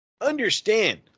Understand